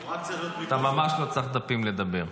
אתה ממש לא צריך דפים לדבר.